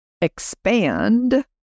expand